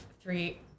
three